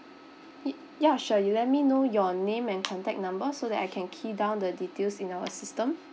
it ya sure you let me know your name and contact number so that I can key down the details in our system